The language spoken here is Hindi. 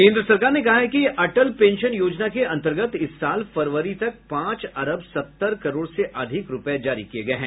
केन्द्र सरकार ने कहा है कि अटल पेंशन योजना के अंतर्गत इस साल फरवरी तक पांच अरब सत्तर करोड़ से अधिक रुपये जारी किए गए हैं